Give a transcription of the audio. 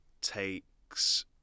takes